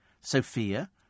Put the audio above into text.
sophia